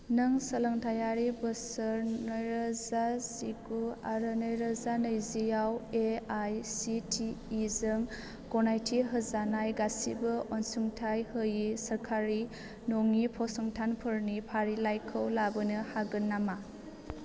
नों सोलोंथायारि बोसोर नैरोजा जिगु आरो नैरोजा नैजिआव एआइसिटिइ जों गनायथि होजानाय गासिबो अनसुंथाइ होयि सोरखारि नङि फसंथानफोरनि फारिलाइखौ लाबोनो हागोन नामा